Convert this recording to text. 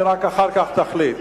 ורק אחר כך תחליט.